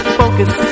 focus